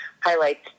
highlights